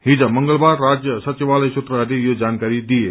हिज मंगलबार राज्य सचिवालय सूत्रहरूले यो जानकारी दिए